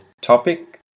topic